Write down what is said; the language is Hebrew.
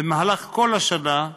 במהלך כל השנה,